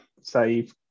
save